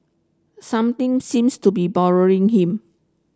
something seems to be boring him